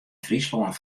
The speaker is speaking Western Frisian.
fryslân